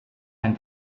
ein